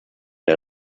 der